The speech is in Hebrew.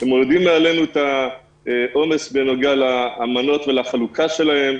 הם מורידים מעלינו את העומס בנוגע למנות ולחלוקה שלהן.